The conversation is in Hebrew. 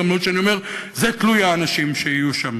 למרות שאני אומר שזה תלוי האנשים שיהיו שם,